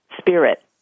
spirit